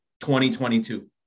2022